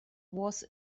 was